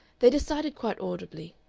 they decided quite audibly,